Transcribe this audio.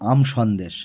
আম Sandesh